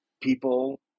people